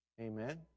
Amen